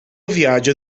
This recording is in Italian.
viaggio